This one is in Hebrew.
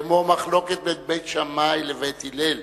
לשם שמים, כמו מחלוקת בין בית שמאי לבית הלל.